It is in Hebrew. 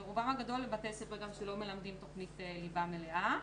וברובם הגדול בבתי ספר שגם לא מלמדים תוכנית ליבה מלאה.